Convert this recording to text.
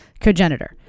cogenitor